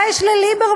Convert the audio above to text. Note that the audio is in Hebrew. מה יש לליברמן?